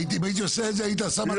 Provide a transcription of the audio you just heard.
אם הייתי עושה את זה היית שם על זה וטו.